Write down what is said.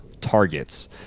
targets